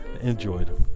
enjoyed